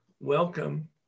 Welcome